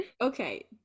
Okay